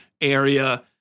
area